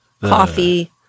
coffee